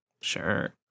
Sure